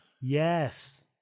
Yes